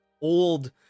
old